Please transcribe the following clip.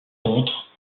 contre